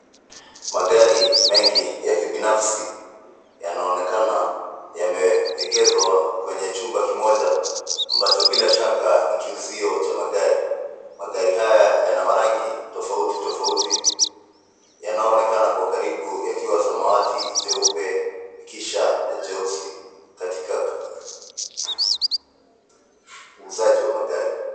Magari mengi ya kibinafsi yanaonekana yameegezwa kwenye chumba kimoja ambacho bila shaka ni kiuzio cha magari. Magari haya yana marangi tofauti tofauti, yanayoonekana kwa karibu yakiwa samawati, jeupe na kisha jeusi, katika uuzaji wa magari.